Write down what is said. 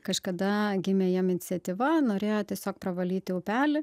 kažkada gimė jiem iniciatyva norėjo tiesiog pravalyti upelį